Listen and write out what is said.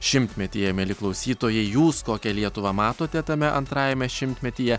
šimtmetyje mieli klausytojai jūs kokią lietuvą matote tame antrajame šimtmetyje